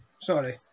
Sorry